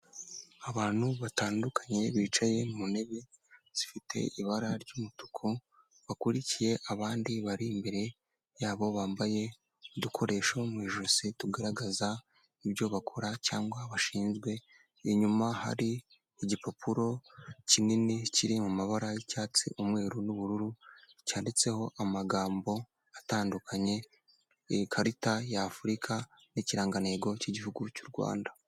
Abantu batandukanye bicaye mu ntebe zifite ibara ry'umutuku bakurikiye abandi bari imbere yabo bambaye udukoresho mu ijosi tugaragaza ibyo bakora cyangwa bashinzwe, inyuma hari igipapuro kinini kiri mu mabara y'icyatsi umweru n'ubururu cyanditseho amagambo atandukanye ku ikarita y'afurika n'ikirangantego cy'igihugu cy'u Rwanda.